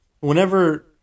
whenever